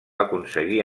aconseguir